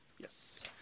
Yes